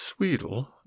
Swedel